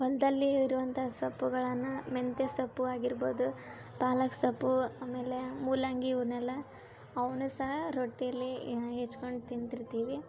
ಹೊಲದಲ್ಲೇ ಇರುವಂಥಾ ಸೊಪ್ಪುಗಳ್ನ ಮೆಂತೆ ಸೊಪ್ಪು ಆಗಿರ್ಬೋದು ಪಾಲಕ್ ಸೊಪ್ಪು ಆಮೇಲೆ ಮೂಲಂಗಿ ಇವ್ನೆಲ್ಲಾ ಅವನ್ನೂ ಸಹ ರೊಟ್ಟಿಲಿ ಹೆಚ್ಕೊಂಡು ತಿಂತಿರ್ತೀವಿ